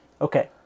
okay